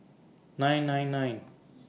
nine nine nine